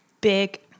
big